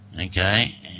Okay